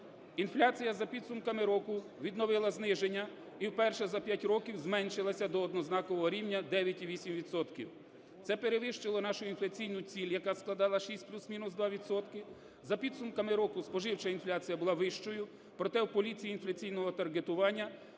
Інфляція за підсумками року відновила зниження і вперше за 5 років зменшилася до однознакового рівня 9,8 відсотків. Це перевищило нашу інфляційну ціль, яка складала 6 плюс-мінус 2 відсотки. За підсумками року споживча інфляція була вищою, проте в політиці інфляційного таргетування